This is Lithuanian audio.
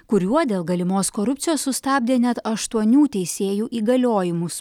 kuriuo dėl galimos korupcijos sustabdė net aštuonių teisėjų įgaliojimus